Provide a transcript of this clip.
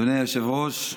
אדוני היושב-ראש,